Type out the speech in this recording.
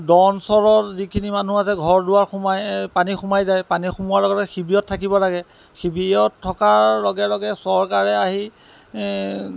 দ অঞ্চলৰ যিখিনি মানুহ আছে ঘৰ দুৱাৰ সোমাই পানী সোমাই যায় পানী সোমোৱাৰ লগে লগে শিবিৰত থাকিব লাগে শিবিৰত থকাৰ লগে লগে চৰকাৰে আহি